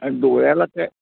आणि डोळ्याला काय